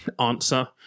answer